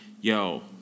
yo